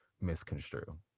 misconstrue